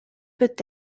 peut